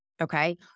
okay